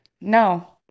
No